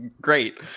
great